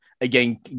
again